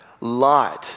light